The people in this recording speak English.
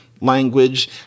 language